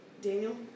Daniel